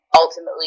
Ultimately